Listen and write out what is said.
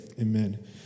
Amen